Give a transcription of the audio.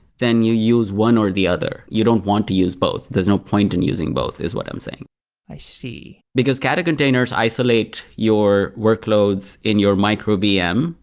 then you use one or the other. you don't want to use both. there's no point in using both is what i'm saying i see because kata containers isolate your workloads in your micro-vm.